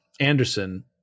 Anderson